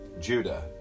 Judah